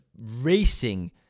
racing